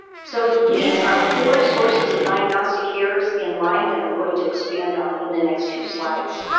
so these are four sources of diagnostic errors in lyme that i'm going to expand on in the next few slides.